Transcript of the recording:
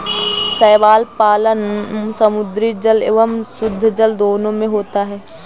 शैवाल पालन समुद्री जल एवं शुद्धजल दोनों में होता है